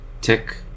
Tick